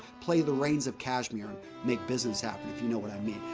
play the rains of cashmere and make business happen if you know what i mean.